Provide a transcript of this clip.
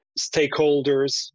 stakeholders